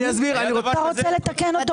אתה רוצה לתקן אותו באמצע.